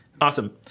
Awesome